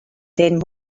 then